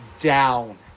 down